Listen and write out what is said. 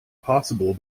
possible